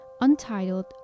Untitled